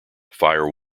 fire